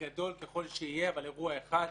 גדול ככל שיהיה, אבל אירוע אחד,